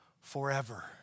forever